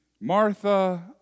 Martha